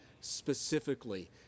specifically